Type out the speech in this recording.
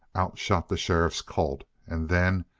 out shot the sheriff's colt. and then,